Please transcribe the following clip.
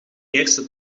eerste